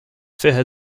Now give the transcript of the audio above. fiche